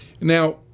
Now